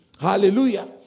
Hallelujah